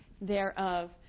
thereof